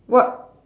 what